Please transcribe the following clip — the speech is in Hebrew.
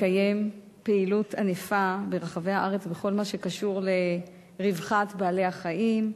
מקיים פעילות ענפה ברחבי הארץ בכל מה שקשור לרווחת בעלי-החיים,